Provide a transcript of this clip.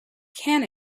can